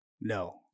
No